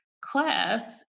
class